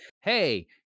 hey